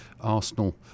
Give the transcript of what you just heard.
Arsenal